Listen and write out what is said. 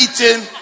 eating